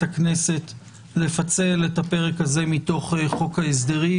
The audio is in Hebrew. הכנסת לפצל את הפרק הזה מחוק ההסדרים,